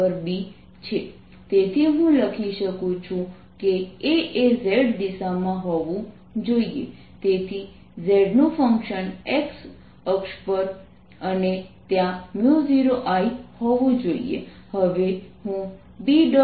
daϕ Az 2 R2R2z232 ϕπa2Bπa2NLI Azz a2NIL L2π2L2π2z232 તેથી હું લખી શકું છું કે A એ z દિશામાં હોવું જોઈએ તેથી z નું ફંકશન અક્ષ પર અને ત્યાં 0I હોવું જોઈએ હવે હું B